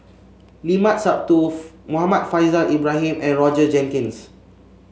Limat Sabtuf Muhammad Faishal Ibrahim and Roger Jenkins